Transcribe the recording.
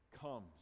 comes